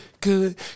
good